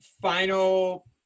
final